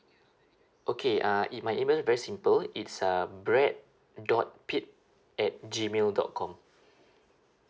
okay uh e~ my email very simple it's uh brad dot pitt at gmail dot com